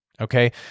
okay